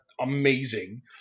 amazing